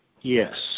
yes